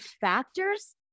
factors